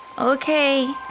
Okay